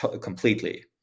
completely